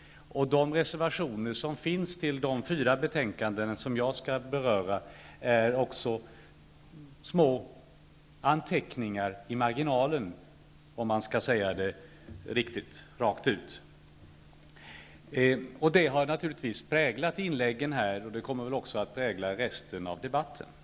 De reservationer som finns fogade till de fyra betänkanden som jag skall beröra är små anteckningar i marginalen, om man skall säga det rakt ut. Detta har naturligtvis präglat inläggen och kommer att prägla resten av debatten också.